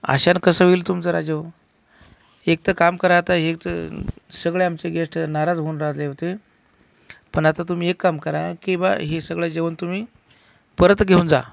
अशानं कसं होईल तुमचं राजू एक तर काम करा एक तर सगळे आमचे गेस्ट नाराज होऊन राहिले होते पण आता तुम्ही एक काम करा की बा हे सगळं जेवण तुम्ही परत घेऊन जा